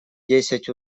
десять